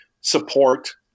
support